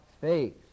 faith